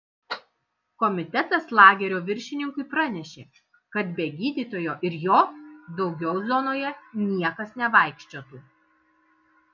komitetas lagerio viršininkui pranešė kad be gydytojo ir jo daugiau zonoje niekas nevaikščiotų